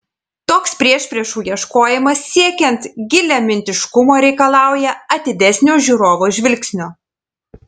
toks priešpriešų ieškojimas siekiant giliamintiškumo reikalauja atidesnio žiūrovo žvilgsnio